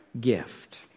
gift